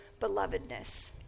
belovedness